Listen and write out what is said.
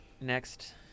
Next